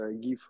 give